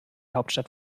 hauptstadt